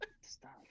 Stop